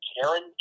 Karen